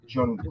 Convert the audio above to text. John